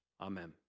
Amen